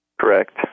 Correct